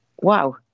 wow